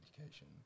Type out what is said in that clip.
education